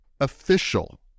official